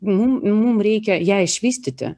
mum mum reikia ją išvystyti